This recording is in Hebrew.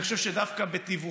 אז אני חושב שדווקא בתיווכך,